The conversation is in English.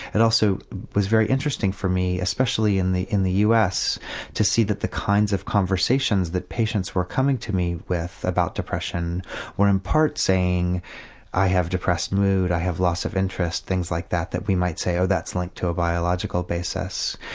it also was very interesting for me, especially in the in the us to see that the kinds of conversations that patients were coming to me with about depression were in part saying i have depressed depressed mood, i have loss of interest, things like that that we might so oh, that's linked to a biological basis.